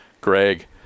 greg